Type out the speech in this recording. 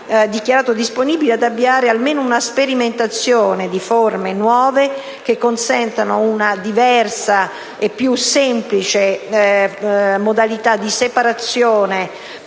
disponibile ad avviare almeno una sperimentazione di forme nuove che consentano una diversa e più semplice modalità di separazione